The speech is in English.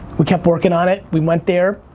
we kept working on it, we went there,